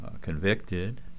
convicted